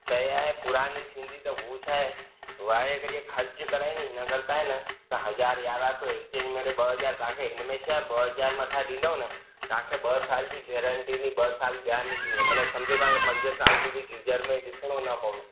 शइ आहे पुराणी थींदी त उहो छा आहे वायर अगरि इहे करे खर्च कराइंदी न अगरि तव्हां है न हज़ार यारहं सौ एक्सचेंज में ॿ हज़ार तव्हांखे हिन में छा आहे ॿ हज़ार मथां ॾींदव न तव्हांखे ॿ साल जी गैरेंटी नी ॿ साल ॿिया निकरी वेंदा मतिलबु सम्झो तव्हांखे पंज साल सूदी गीजर में ॾिसणो न पवंदो